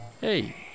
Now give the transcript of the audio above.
Hey